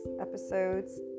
Episodes